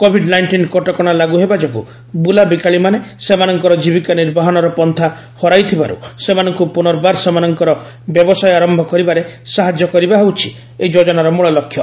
Covid nineteen କଟକଶା ଲାଗୁ ହେବାଯୋଗୁଁ ବୁଲାବିକାଳିମାନେ ସେମାନଙ୍କର ଜୀବିକା ନିର୍ବାହନର ପନ୍ଥା ହରାଇଥିବାରୁ ସେମାନଙ୍କୁ ପୁନର୍ବାର ସେମାନଙ୍କର ବ୍ୟବସାୟ ଆରମ୍ଭ କରିବାରେ ସାହାଯ୍ୟ କରିବା ହେଉଛି ଏହି ଯୋଜନାର ମୂଳଲକ୍ଷ୍ୟ